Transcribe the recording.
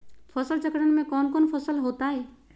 फसल चक्रण में कौन कौन फसल हो ताई?